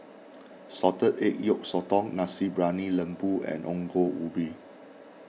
Salted Egg Yolk Sotong Nasi Briyani Lembu and Ongol Ubi